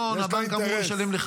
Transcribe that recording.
אבל איך אומרים, אתה משלם ריבית.